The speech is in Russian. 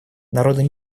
народы